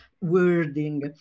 wording